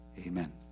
amen